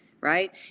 right